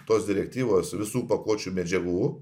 tos direktyvos visų pakuočių medžiagų